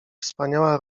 wspaniała